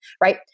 right